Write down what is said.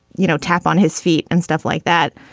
you know, tap on his feet and stuff like that.